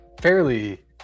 fairly